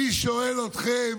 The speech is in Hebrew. אני שואל אתכם,